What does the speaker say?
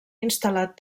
instal·lat